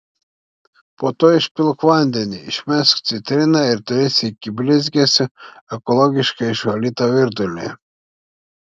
po to išpilk vandenį išmesk citriną ir turėsi iki blizgesio ekologiškai išvalytą virdulį